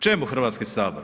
Čemu Hrvatski sabor?